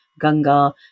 Ganga